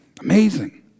Amazing